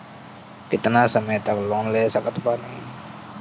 कितना तक लोन ले सकत बानी?